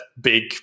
big